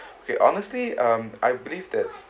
okay honestly um I believe that